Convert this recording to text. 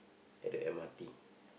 at the m_r_t